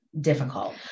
difficult